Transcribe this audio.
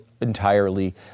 entirely